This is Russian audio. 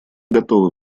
готовы